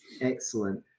Excellent